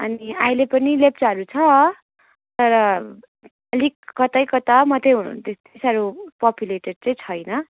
अनि अहिले पनि लेप्चाहरू छ तर अलिक कतै कता मात्रै हुनुहुन् त्यति साह्रो पोपुलेटेड चाहिँ छैन